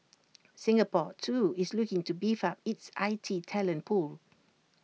Singapore too is looking to beef up it's I T talent pool